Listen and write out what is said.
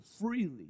freely